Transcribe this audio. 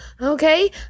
okay